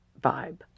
vibe